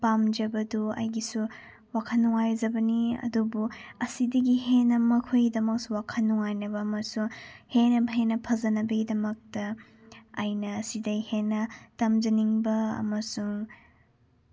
ꯄꯥꯝꯖꯕꯗꯣ ꯑꯩꯒꯤꯁꯨ ꯋꯥꯈꯜ ꯅꯨꯡꯉꯥꯏꯖꯕꯅꯤ ꯑꯗꯨꯕꯨ ꯑꯁꯤꯗꯒꯤ ꯍꯦꯟꯅ ꯃꯈꯣꯏꯒꯤꯗꯃꯛꯁꯨ ꯋꯥꯈꯜ ꯅꯨꯡꯉꯥꯏꯅꯕ ꯑꯃꯁꯨ ꯍꯦꯟꯅ ꯍꯦꯟꯅ ꯐꯖꯅꯕꯒꯤꯗꯃꯛꯇ ꯑꯩꯅ ꯁꯤꯗꯒꯤ ꯍꯦꯟꯅ ꯇꯝꯖꯅꯤꯡꯕ ꯑꯃꯁꯨꯡ